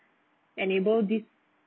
enable this